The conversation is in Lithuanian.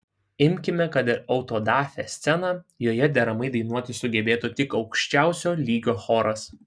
imkime kad ir autodafė sceną joje deramai dainuoti sugebėtų tik aukščiausio lygio choras